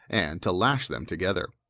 and to lash them together.